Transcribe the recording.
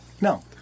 No